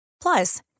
Plus